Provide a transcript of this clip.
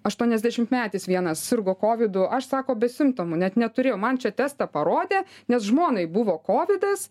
aštuoniasdešimtmetis vienas sirgo kovidu aš sako be simptomų net neturėjau man čia testą parodė nes žmonai buvo kovidas